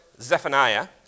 Zephaniah